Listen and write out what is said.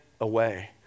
away